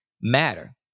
matter